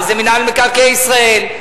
וזה מינהל מקרקעי ישראל,